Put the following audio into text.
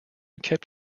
kept